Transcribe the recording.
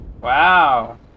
Wow